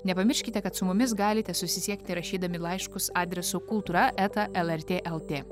nepamirškite kad su mumis galite susisiekti rašydami laiškus adresu kultūra eta lrt lt